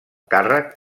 càrrec